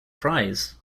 fries